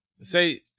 say